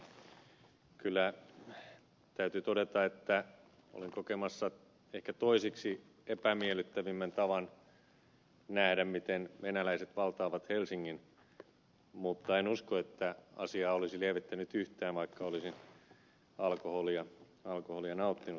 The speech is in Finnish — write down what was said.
tiusaselle kyllä täytyy todeta että olen kokemassa ehkä toiseksi epämiellyttävimmän tavan nähdä miten venäläiset valtaavat helsingin mutta en usko että asiaa olisi lievittänyt yhtään vaikka olisin alkoholia nauttinutkin